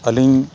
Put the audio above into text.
ᱟᱹᱞᱤᱧ